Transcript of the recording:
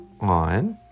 on